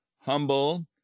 humble